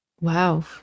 wow